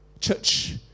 Church